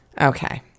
Okay